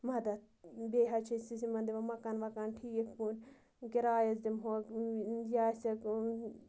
مَدد بیٚیہِ حظ چھِ أسۍ أسی یِمَن دِوان مکان وکان ٹھیٖک پٲٹھۍ کِراے حظ دِمہوکھ یا آسٮ۪کھ